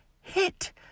hit